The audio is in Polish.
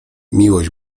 miłość